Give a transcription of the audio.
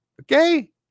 okay